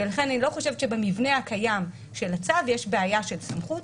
ולכן אני לא חושבת שבמבנה הקיים של הצו יש בעיה של סמכות.